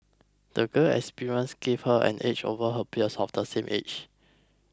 the girl's experiences gave her an edge over her peers of the same age